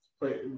play